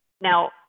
Now